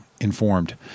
informed